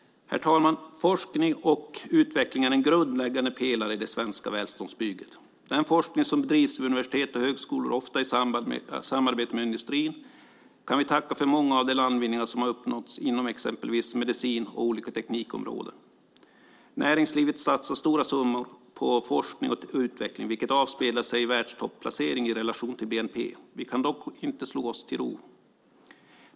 Herr talman! Forskning och utveckling är en grundläggande pelare i det svenska välståndsbygget. Den forskning som bedrivs vid universitet och högskolor, ofta i samarbete med industrin, kan vi tacka för många av de landvinningar som har uppnåtts inom exempelvis medicin och olika teknikområden. Näringslivet satsar stora summor på forskning och utveckling, vilket avspeglar sig i en världstopplacering i relation till bnp. Vi kan dock inte slå oss till ro.